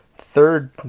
third